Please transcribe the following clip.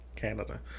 Canada